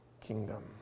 kingdom